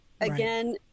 again